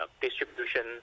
distribution